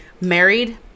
married